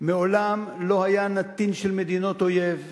מעולם לא היה נתין של מדינות אויב,